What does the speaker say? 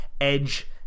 edge